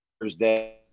Thursday